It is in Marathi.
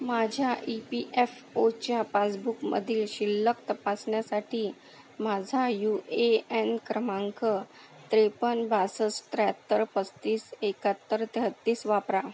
माझ्या ई पी एफ ओच्या पासबुकमधील शिल्लक तपासण्यासाठी माझा यू ए एन क्रमांक त्रेपन्न बासष्ट त्र्याहत्तर पस्तीस एकाहत्तर तेहत्तीस वापरा